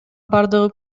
бардыгы